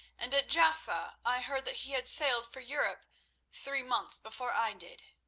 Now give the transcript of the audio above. and at jaffa i heard that he had sailed for europe three months before i did.